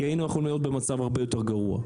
כי היינו יכולים להיות במצב הרבה יותר גרוע.